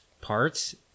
parts